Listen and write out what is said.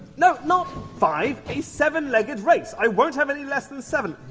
no, not five, a seven legged race! i won't have any less than seven.